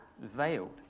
veiled